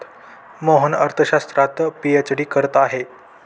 मोहन अर्थशास्त्रात पीएचडी करत आहे